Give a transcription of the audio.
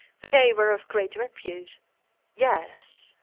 for they were of great repute yes,